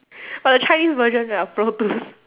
but the chinese version of pro tools